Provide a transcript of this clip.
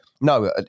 no